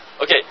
Okay